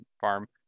farm